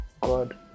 God